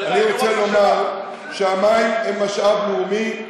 אני רוצה לומר שהמים הם משאב לאומי,